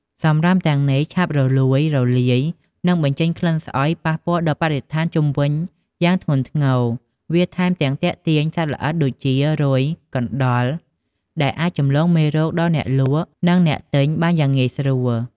សំរាមទាំងនេះឆាប់រលួយ រលាយ និងបញ្ចេញក្លិនស្អុយប៉ះពាល់ដល់បរិស្ថានជុំវិញយ៉ាងធ្ងន់ធ្ងរ វាថែមទាំងទាក់ទាញសត្វល្អិតដូចជារុយ កណ្ដុរ ដែលអាចចម្លងរោគដល់អ្នកលក់ និងអ្នកទិញបានយ៉ាងងាយស្រួល។